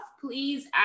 please